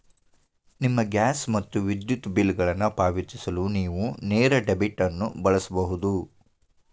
ನಿಮ್ಮ ಗ್ಯಾಸ್ ಮತ್ತು ವಿದ್ಯುತ್ ಬಿಲ್ಗಳನ್ನು ಪಾವತಿಸಲು ನೇವು ನೇರ ಡೆಬಿಟ್ ಅನ್ನು ಬಳಸಬಹುದು